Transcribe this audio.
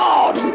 God